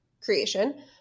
creation